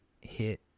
hit